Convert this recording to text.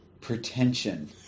Pretension